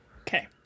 okay